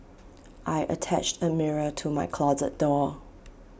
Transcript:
I attached A mirror to my closet door